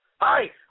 Hi